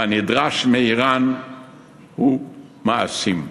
והנדרש מאיראן הוא מעשים.